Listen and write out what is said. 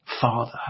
father